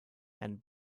and